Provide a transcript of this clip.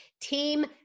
Team